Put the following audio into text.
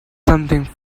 something